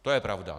To je pravda.